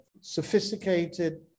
sophisticated